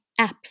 apps